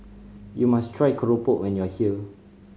you must try keropok when you are here